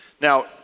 Now